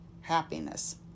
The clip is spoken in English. happiness